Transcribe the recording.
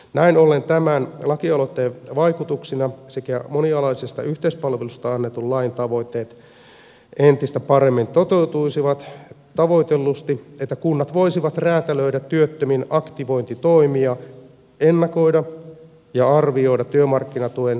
näin ollen tämän lakialoitteen vaikutuksina sekä monialaisesta yhteispalvelusta annetun lain tavoitteet entistä paremmin toteutuisivat tavoitellusti että kunnat voisivat räätälöidä työttömien aktivointitoimia ennakoida ja arvioida työmarkkinatuen kuntaosuuden menoja